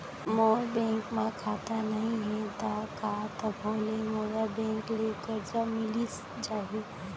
मोर bank म खाता नई हे त का तभो ले मोला बैंक ले करजा मिलिस जाही?